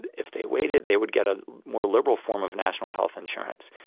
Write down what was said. and if they waited they would get a more liberal form of national health insurance.